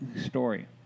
story